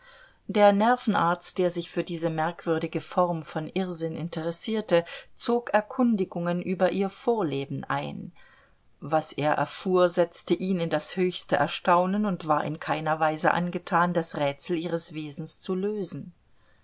der nervenarzt der sich für diese merkwürdige form von irrsinn interessierte zog erkundigungen über ihr vorleben ein was er erfuhr setzte ihn in das höchste erstaunen und war in keiner weise angetan das rätsel ihres wesens zu lösen